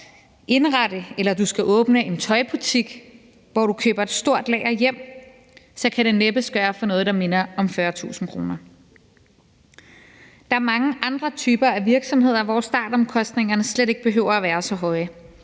indrette den, eller du skal åbne en tøjbutik, hvor du køber et stort lager hjem, så kan det næppe gøres for noget, der minder om 40.000 kr. Der er mange andre typer af virksomheder, hvor startomkostningerne slet ikke behøver at være så høje,